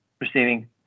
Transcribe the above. receiving